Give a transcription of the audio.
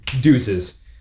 Deuces